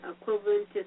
equivalent